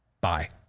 Bye